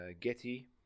Getty